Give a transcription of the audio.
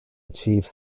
achieve